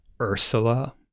ursula